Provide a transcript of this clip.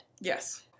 yes